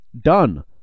done